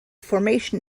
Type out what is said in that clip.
formation